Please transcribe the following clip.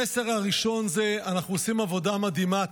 המסר הראשון הוא זה: אנחנו עושים עבודה מדהימה,